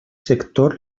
sector